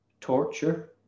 torture